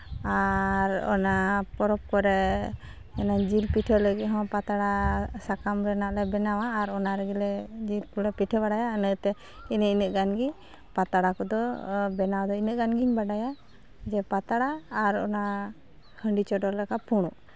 ᱟᱨ ᱚᱱᱟ ᱯᱚᱨᱚᱵᱽ ᱠᱚᱨᱮ ᱤᱱᱟᱹ ᱡᱤᱞ ᱯᱤᱴᱷᱟᱹ ᱞᱟᱹᱜᱤᱫ ᱦᱚᱸ ᱯᱟᱛᱲᱟ ᱥᱟᱠᱟᱢ ᱨᱮᱱᱟᱜ ᱞᱮ ᱵᱮᱱᱟᱣᱟ ᱟᱨ ᱚᱱᱟ ᱨᱮᱜᱮ ᱞᱮ ᱡᱤᱞ ᱠᱚᱞᱮ ᱯᱤᱴᱷᱟᱹ ᱵᱟᱲᱟᱭᱟ ᱤᱱᱟᱹᱛᱮ ᱮᱱᱮ ᱤᱱᱟᱹᱜ ᱜᱟᱱ ᱜᱮ ᱯᱟᱛᱲᱟ ᱠᱚᱫᱚ ᱵᱮᱱᱟᱣ ᱫᱚ ᱤᱱᱟᱹᱜ ᱜᱟᱱ ᱜᱤᱧ ᱵᱟᱰᱟᱭᱟ ᱡᱮ ᱯᱟᱛᱲᱟ ᱟᱨ ᱚᱱᱟ ᱦᱟᱺᱰᱤ ᱪᱚᱰᱚᱨ ᱞᱮᱠᱟ ᱯᱷᱩᱲᱩᱜ